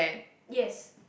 yes